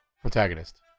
protagonist